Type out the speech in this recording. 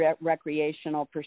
recreational